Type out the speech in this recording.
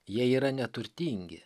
jie yra neturtingi